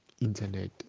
internet